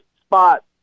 spot